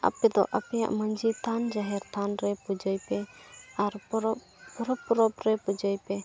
ᱟᱯᱮ ᱫᱚ ᱟᱯᱮᱭᱟᱜ ᱢᱟᱺᱡᱷᱤ ᱛᱷᱟᱱ ᱡᱟᱦᱮᱨ ᱛᱷᱟᱱ ᱨᱮ ᱯᱩᱡᱟᱹᱭ ᱯᱮ ᱟᱨ ᱯᱚᱨᱚᱵᱽ ᱯᱚᱨᱚᱵᱽ ᱯᱚᱨᱚᱵᱽ ᱨᱮ ᱯᱩᱡᱟᱹᱭ ᱯᱮ